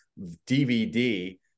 DVD